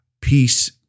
peace